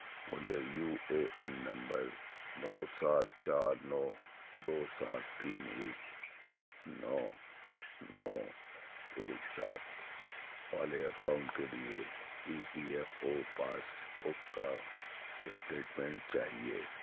مجھے U A N نمبر نو سات چار نو دو سات تين ايک نو نو ايک سات والے اکاؤنٹ کے لیے E P F O passbook کا اسٹیٹمنٹ چاہیے